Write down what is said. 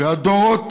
והדורות